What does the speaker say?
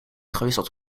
gewisseld